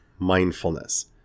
Mindfulness